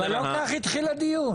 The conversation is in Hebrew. אבל לא כך התחיל הדיון.